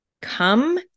Come